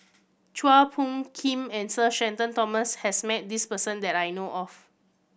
Chua Phung Kim and Sir Shenton Thomas has met this person that I know of